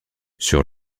sur